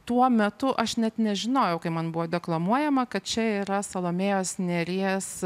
tuo metu aš net nežinojau kai man buvo deklamuojama kad čia yra salomėjos nėries